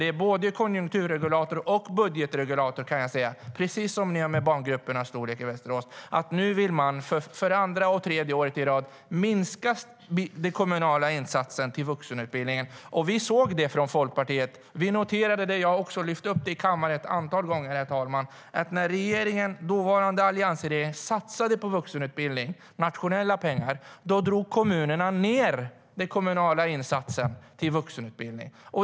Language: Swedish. Den är både en konjunkturregulator och en budgetregulator, precis som ni gör med barngruppernas storlek i Västerås.Nu vill man för andra och tredje året i rad minska den kommunala insatsen till vuxenutbildningen. Vi såg det från Folkpartiet. Vi noterade, och jag har också lyft upp det i kammaren ett antal gånger, att när den dåvarande alliansregeringen satsade på vuxenutbildning med nationella pengar drog kommunerna ned den kommunala insatsen till vuxenutbildning.